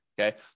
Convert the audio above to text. okay